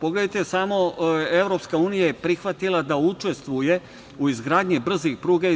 Pogledajte samo, EU je prihvatila da učestvuje u izgradnji brzih pruga